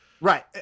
Right